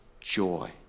joy